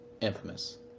Infamous